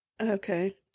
okay